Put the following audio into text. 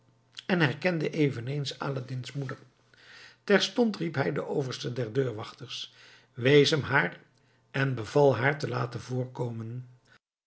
en herkende eveneens aladdin's moeder terstond riep hij den overste der deurwachters wees hem haar en beval haar te laten voorkomen